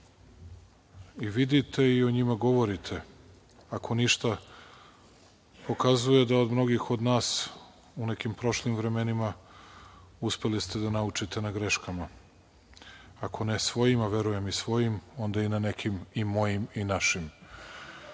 vidite i o njima govorite. Ako ništa, pokazuje da od mnogih od nas u nekim prošlim vremenima uspeli ste da naučite na greškama, ako ne svojim, a verujem i svojim, onda i na nekim i mojim i našim. Da,